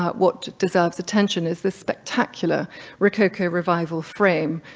what deserves attention is this spectacular rococo revival frame,